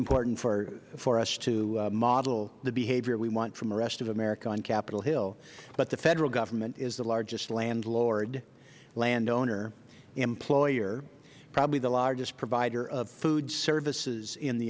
important for us to model the behavior we want from the rest of america on capitol hill but the federal government is the largest landlord landowner employer probably the largest provider of food services in the